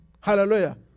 Hallelujah